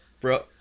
Bro